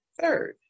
third